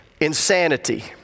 insanity